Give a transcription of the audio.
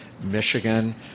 Michigan